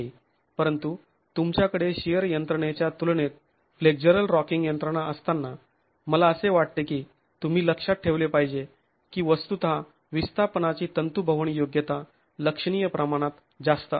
परंतु तुमच्याकडे शिअर यंत्रणेच्या तुलनेत फ्लेक्झरल रॉकिंग यंत्रणा असताना मला असे वाटते की तुम्ही लक्षात ठेवले पाहिजे की वस्तुतः विस्थापनाची तंतूभवन योग्यता लक्षणीय प्रमाणात जास्त आहे